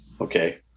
Okay